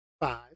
Five